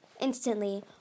Instantly